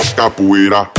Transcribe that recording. capoeira